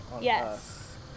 Yes